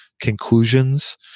conclusions